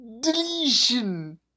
deletion